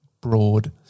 broad